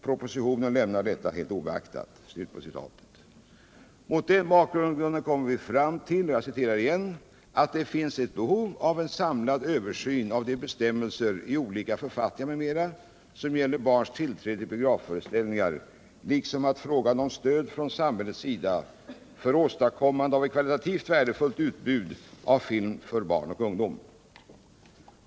Propositionen lämnar detta helt obeaktat.” Mot denna bakgrund kommer vi fram till ”att det finns behov av en samlad översyn av de bestämmelser i olika författningar m.m. som gäller barns tillträde till biografföreställningar liksom av frågan om stöd från samhällets sida för åstadkommande av ett kvalitativt värdefullt utbud av film för barn och ungdom”.